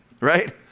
right